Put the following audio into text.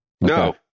No